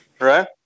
right